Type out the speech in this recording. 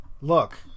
look